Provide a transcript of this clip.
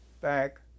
back